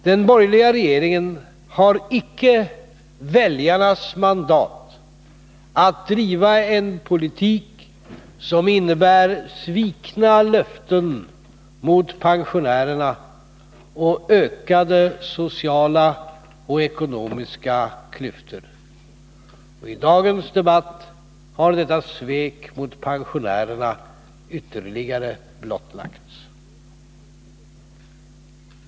Den borgerliga regeringen har icke väljarnas mandat att driva en politik som innebär svikna löften mot pensionärerna och ökade sociala och ekonomiska klyftor. I dagens debatt har detta svek mot pensionärerna ytterligare blottlagts.